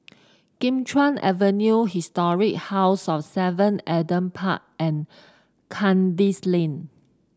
Kim Chuan Avenue Historic House of Seven Adam Park and Kandis Lane